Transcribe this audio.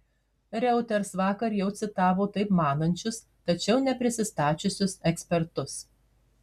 reuters vakar jau citavo taip manančius tačiau neprisistačiusius ekspertus